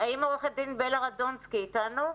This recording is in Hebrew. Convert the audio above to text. עורכת הדין בלה רדונסקי איתנו,